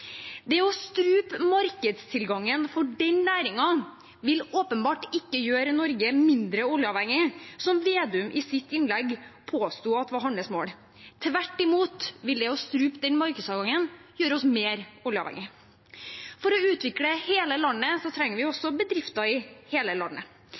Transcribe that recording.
Det å strupe markedstilgangen for den næringen vil åpenbart ikke gjøre Norge mindre oljeavhengig, som representanten Slagsvold Vedum i sitt innlegg påsto var hans mål. Tvert imot vil det å strupe den markedsadgangen gjøre oss mer oljeavhengige. For å utvikle hele landet trenger vi